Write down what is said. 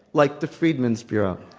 like the freedmen's bureau.